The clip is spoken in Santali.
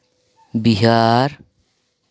ᱵᱤᱦᱟᱨ